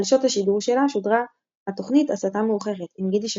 על שעות השידור שלה שודרה התוכנית "הצתה מאוחרת" עם גידי שפרוט,